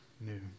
new